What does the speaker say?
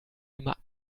immer